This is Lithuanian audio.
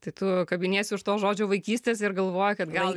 tai tu kabiniesi už to žodžio vaikystės ir galvoji kad gal